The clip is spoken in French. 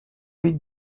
vite